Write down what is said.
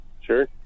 Sure